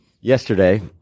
yesterday